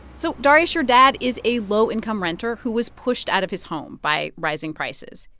so, darius, your dad is a low-income renter who was pushed out of his home by rising prices.